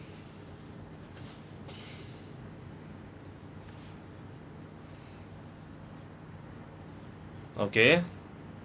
okay